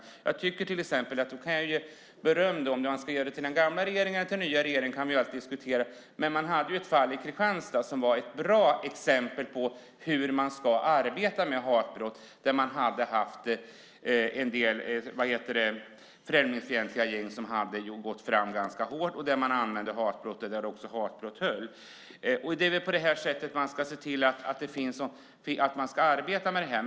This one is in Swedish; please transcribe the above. Jag kan ge beröm - om det är till den nya regeringen eller till den gamla kan diskuteras - för ett fall i Kristianstad som var ett bra exempel på hur man ska arbeta med hatbrott. Där hade man haft främlingsfientliga gäng som hade gått fram ganska hårt. Där anmälde man hatbrott, och det höll. Det är på det sättet man ska arbeta med sådant här.